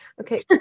Okay